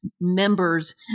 members